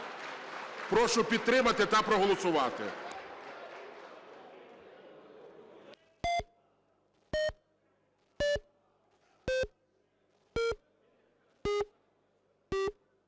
Прошу підтримати та проголосувати.